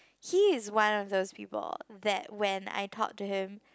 he is one of those people that when I talk to him